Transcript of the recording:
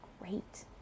great